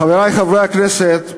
חברי חברי הכנסת,